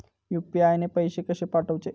UPI ने पैशे कशे पाठवूचे?